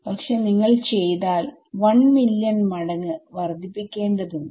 പക്ഷെ നിങ്ങൾ ചെയ്താൽ I മില്യൺ മടങ്ങ് വർധിപ്പിക്കേണ്ടതുണ്ട്